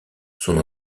son